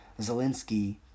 Zelensky